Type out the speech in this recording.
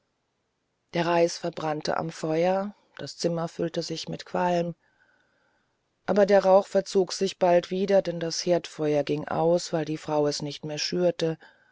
der reis verbrannte am feuer das zimmer füllte sich mit qualm aber der rauch verzog sich bald wieder denn das herdfeuer ging aus weil die frau es nicht mehr schürte